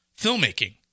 filmmaking